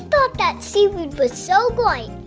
thought that seaweed was so like